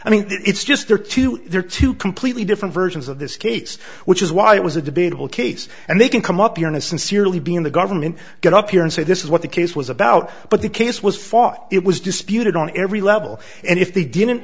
i mean it's just there to they're two completely different versions of this case which is why it was a debatable case and they can come up here and sincerely be in the government get up here and say this is what the case was about but the case was fought it was disputed on every level and if they didn't